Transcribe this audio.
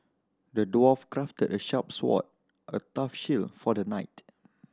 the dwarf crafted a sharp sword a tough shield for the knight